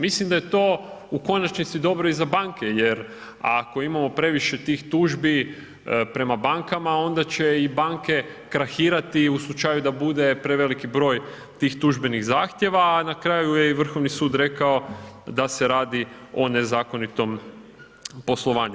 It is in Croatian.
Mislim da je to u konačnici dobro i za banke jer ako imamo previše tih tužbi prema bankama, onda će i banke krahirati u slučaju da bude preveliki broj tih tužbenih zahtjeva, a na kraju je i Vrhovni sud rekao da se radi o nezakonitom poslovanju.